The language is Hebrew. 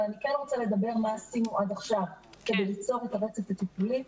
אבל אני כן רוצה לדבר מה עשינו עד עכשיו כדי ליצור את הרצף הטיפולי.